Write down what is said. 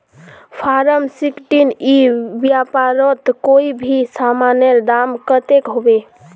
Form sixteen ई व्यापारोत कोई भी सामानेर दाम कतेक होबे?